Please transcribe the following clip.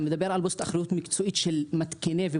אתה מדבר על אחריות מקצועית של מתקיני ---?